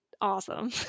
awesome